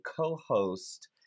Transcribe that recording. co-host